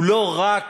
הוא לא רק